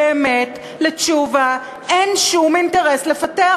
באמת לתשובה אין שום אינטרס לפתח,